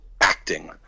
acting